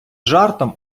жартом